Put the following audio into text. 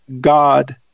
God